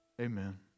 Amen